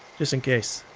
just in case.